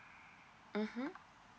mmhmm